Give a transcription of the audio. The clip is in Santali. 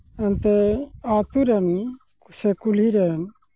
ᱮᱱᱛᱮᱫ ᱟᱛᱳ ᱨᱮᱱ ᱥᱮ ᱠᱩᱞᱦᱤ ᱨᱮᱱ